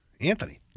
Anthony